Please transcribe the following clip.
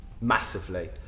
massively